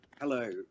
hello